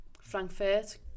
Frankfurt